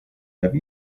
have